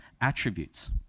attributes